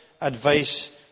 advice